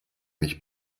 mich